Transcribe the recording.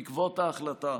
בעקבות ההחלטה,